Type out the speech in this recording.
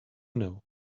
know